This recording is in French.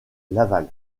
laval